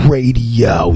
Radio